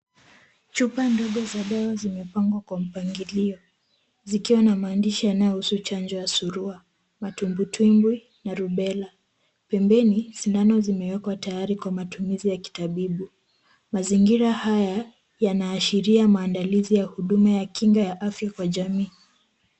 Chupa ndogo za dawa zimepangwa kwa mpangilio zikiwa na maandishi yanayohusu chanjo ya surua, matumbwitumbwi na Rubella. Pembeni sindano zimewekwa tayari kwa matumizi ya kitabibu. Mazingira haya yanaashiria maandalizi ya huduma ya kinga ya afya kwa jamii.